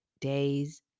days